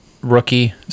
rookie